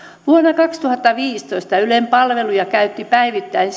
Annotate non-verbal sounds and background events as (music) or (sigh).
vuonna kaksituhattaviisitoista ylen palveluja käytti päivittäin (unintelligible)